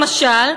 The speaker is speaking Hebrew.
למשל,